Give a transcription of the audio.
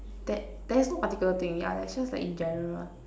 ther~ there is no particular thing yeah that's just like in general